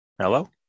hello